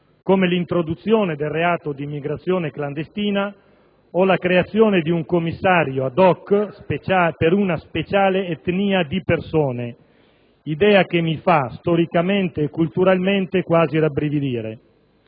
come l'introduzione del reato di immigrazione clandestina o la creazione di un commissario *ad hoc* per una speciale etnia di persone, idea che mi fa storicamente e culturalmente quasi rabbrividire.